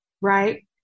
right